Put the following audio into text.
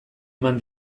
eman